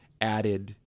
added